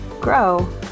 Grow